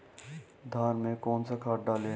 धान में कौन सा खाद डालें?